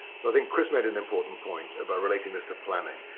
so i think chris made an important point about relating this to planning.